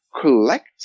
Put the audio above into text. collect